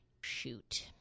shoot